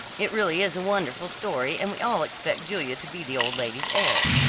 it really is a wonderful story, and we all expect julia to be the old lady's heir.